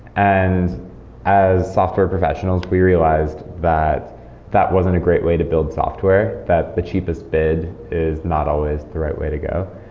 as as software professionals, we realized that that wasn't a great way to build software. that the cheapest bid is not always the right way to go.